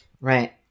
right